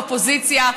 האופוזיציה,